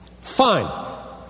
fine